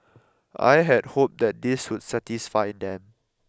I had hoped that this would satisfy them